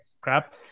crap